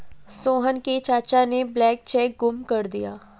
सोहन के चाचा ने ब्लैंक चेक गुम कर दिया